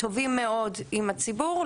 טובים מאוד עם הציבור,